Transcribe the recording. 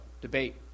debate